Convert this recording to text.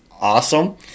awesome